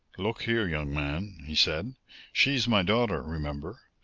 look here, young man, he said she is my daughter, remember!